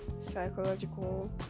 psychological